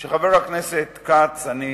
חבר הכנסת כץ, אני